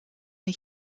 the